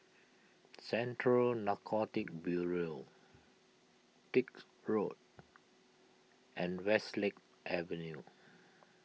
Central Narcotics Bureau Dix Road and Westlake Avenue